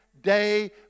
day